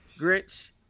Grinch